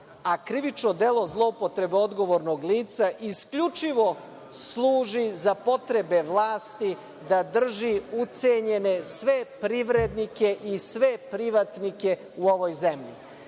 a krivično delo zloupotrebe odgovornog lica isključivo služi za potrebe vlasti da drži ucenjene sve privrednike i sve privatnike u ovoj zemlji. Dakle,